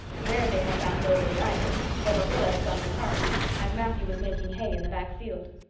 there they had found nobody either, for marilla had gone to carmody and matthew was making hay in the back field.